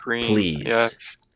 please